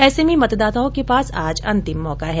ऐसे में मतदाताओं के पास आज अंतिम मौका है